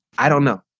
i don't know.